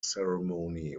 ceremony